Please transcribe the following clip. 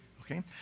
Okay